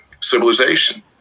civilization